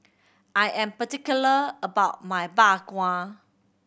I am particular about my Bak Kwa